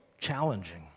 challenging